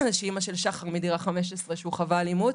שהיא אמא של שחר מדירה 15 שהוא חווה אלימות.